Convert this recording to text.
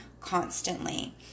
constantly